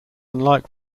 unlike